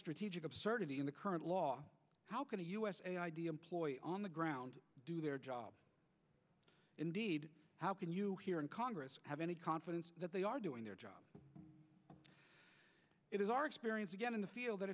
strategic absurdity in the current law how can a us an idea employ on the ground do their job indeed can you here in congress have any confidence that they are doing their job it is our experience again in the field that